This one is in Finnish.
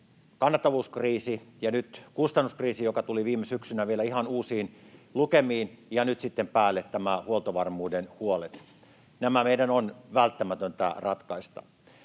kannattavuuskriisi ja nyt kustannuskriisi, joka tuli viime syksynä vielä ihan uusiin lukemiin, ja nyt sitten päälle nämä huoltovarmuuden huolet. Nämä meidän on välttämätöntä ratkaista.